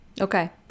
Okay